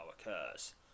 occurs